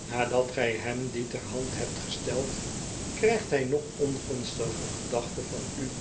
nadat gij hem die ter hand hebt gesteld krijgt hij nog ongunstiger gedachte van u